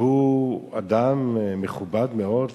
שהוא אדם מכובד מאוד,